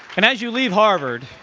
and as you leave harvard,